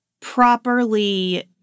properly